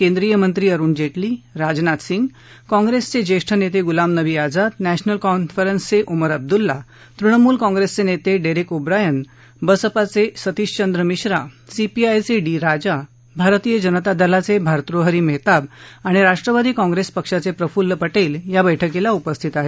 केंद्रीय मंत्री अरुण जे जी राजनाथ सिंग काँप्रेसचे ज्येष्ठ नेते गुलाम नबी आझाद नॅशनल कॉन्फरन्सचे ओमर अब्दुल्ला तृणमूल कॉंग्रेसचे नेते डेरेक ओब्रिएन बसपाचे सतीशचंद्र मिश्रा सीपीआयचे डी राजा भारतीय जनता दलाचे भार्तृहरी मेहताब आणि राष्ट्रवादी काँग्रेस पक्षाचे प्रफुल्ल परिक्र या बैठकीला उपस्थित आहेत